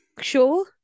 Sure